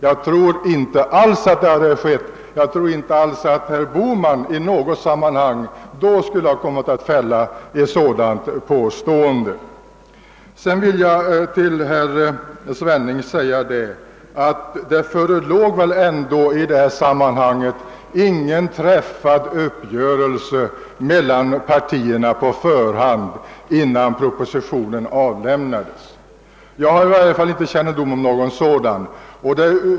Jag tror inte det, och jag tror inte heller att herr Bohman då skulle ha fällt ett sådant omdöme. Det förelåg väl ändå, herr Svenning, inte någon uppgörelse mellan partierna innan propositionen avlämnades? Jag känner i varje fall inte till någon sådan.